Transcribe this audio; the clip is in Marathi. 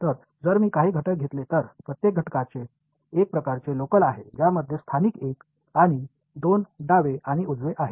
तर जर मी काही घटक घेतले तर प्रत्येक घटकाचे एक प्रकारचे लोकल आहे ज्यामध्ये स्थानिक 1 आणि 2 डावे आणि उजवे आहेत